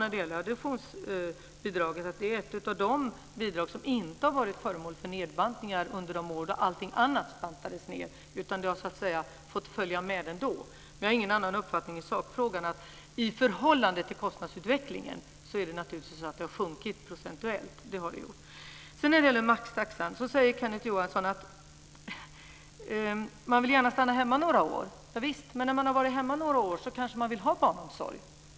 Adoptionsbidraget är ett av de bidrag som inte har varit föremål för nedbantningar under de år då allting annat har bantats ned. Det har så att säga fått följa med ändå. Jag har ingen annan uppfattning i sakfrågan än att det i förhållande till kostnadsutvecklingen naturligtvis har sjunkit procentuellt. När det gäller maxtaxan säger Kenneth Johansson att man gärna vill stanna hemma några år. Javisst, men när man har varit hemma några år kanske man vill ha barnomsorg.